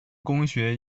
公学